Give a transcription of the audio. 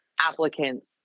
applicants